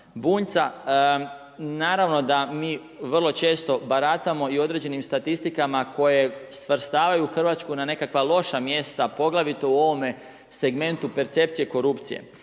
Bunjca, naravno da mi vrlo često baratamo i određenim statistikama koje svrstavaju Hrvatsku na nekakva loša mjesta, poglavito u ovome segmentu percepcije korupcije.